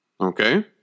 Okay